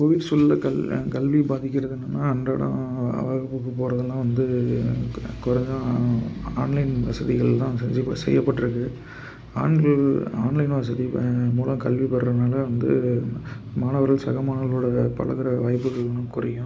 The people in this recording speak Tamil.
கோவிட் சூழல்ல கல் கல்வி பாதிக்கிறது என்னானால் அன்றாடம் வகுப்புக்கு போவதெல்லாம் வந்து கொ கொரோனா ஆன்லைன் வசதிகளெலாம் செஞ்சு இப்போ செய்யப்பட்டிருக்கு ஆன் ஆன்லைன் வசதி பயனாளி மூலம் கல்வி பெர்றதுனால் வந்து மாணவர்கள் சக மாணவர்களோடய பழகுற வாய்ப்புகள் இன்னும் குறையும்